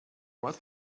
what